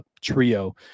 trio